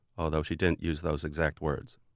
although she didn't use those exact words.